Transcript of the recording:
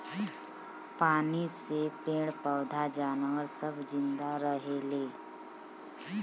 पानी से पेड़ पौधा जानवर सब जिन्दा रहेले